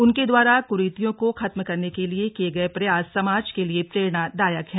उनके द्वारा कुरीतियों को खत्म करने के लिए किये गए प्रयास समाज के लिए प्रेरणादायक हैं